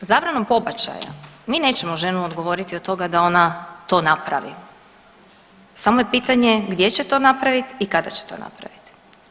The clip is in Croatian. Zabranom pobačaja mi nećemo ženu odgovoriti od toga da ona to napravi, samo je pitanje gdje će to napravit i kada će to napravit.